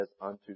unto